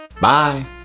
Bye